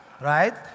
Right